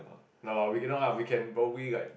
no lah we can no lah we can probably like